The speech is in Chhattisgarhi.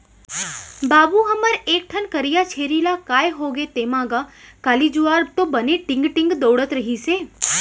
बाबू हमर एक ठन करिया छेरी ला काय होगे तेंमा गा, काली जुवार तो बने टींग टींग दउड़त रिहिस हे